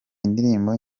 indirimbo